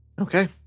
Okay